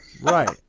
Right